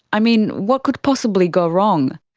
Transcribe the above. i mean, what could possibly go wrong?